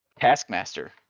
Taskmaster